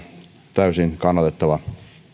täysin kannatettava